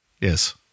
Yes